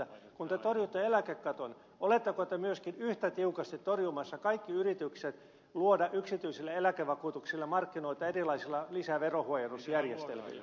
kun te torjutte eläkekaton oletteko te myöskin yhtä tiukasti torjumassa kaikki yritykset luoda yksityisille eläkevakuutuksille markkinoita erilaisilla lisäverohuojennusjärjestelmillä